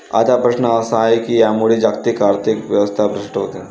आता प्रश्न असा आहे की यामुळे जागतिक आर्थिक व्यवस्था भ्रष्ट होते का?